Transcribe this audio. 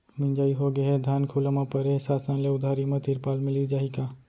मिंजाई होगे हे, धान खुला म परे हे, शासन ले उधारी म तिरपाल मिलिस जाही का?